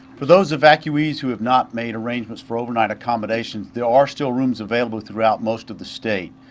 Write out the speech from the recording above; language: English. for those evacuees who have not made arrangements for overnight accommodations, there are still rooms available throughout most of the state.